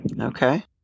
Okay